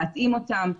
להתאים אותם.